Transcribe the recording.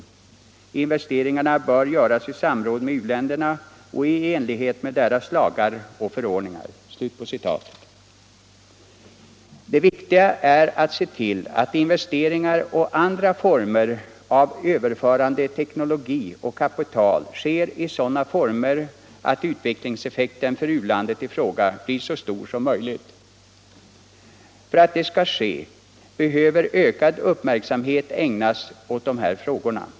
Investeringarna bör göras i samråd med uländerna och i enlighet med deras lagar och förordningar.” Det viktiga är att se till att investeringar och andra former för överförande av teknologi och kapital sker på sådant sätt att utvecklingseffekten för u-landet i fråga blir så stor som möjligt. För att det skall ske behöver ökad uppmärksamhet ägnas åt dessa frågor.